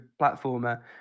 platformer